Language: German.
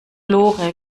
lore